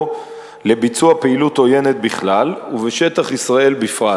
לביצוע פעילות עוינת בכלל ובשטח ישראל בפרט.